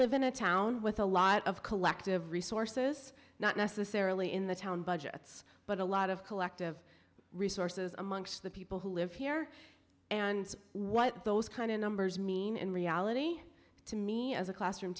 live in a town with a lot of collective resources not necessarily in the town budgets but a lot of collective resources amongst the people who live here and what those kind of numbers mean in reality to me as a classroom